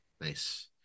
Nice